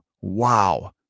Wow